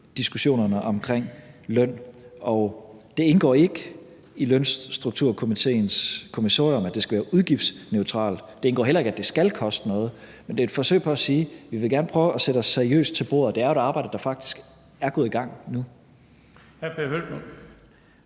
diskussionerne omkring løn. Og det indgår ikke i Lønstrukturkomitéens kommissorium, at det skal være udgiftsneutralt; det indgår heller ikke, at det skal koste noget. Men det er et forsøg på at sige, at vi gerne vil prøve at sætte os seriøst til bordet – og det er jo et arbejde, der faktisk er gået i gang nu.